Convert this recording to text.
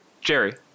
Jerry